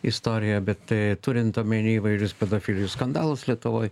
istoriją bet turint omeny įvairius pedofilijos skandalus lietuvoj